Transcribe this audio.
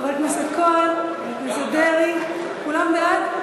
חבר הכנסת כהן, חבר הכנסת דרעי, כולם בעד?